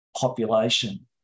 population